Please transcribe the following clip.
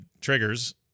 triggers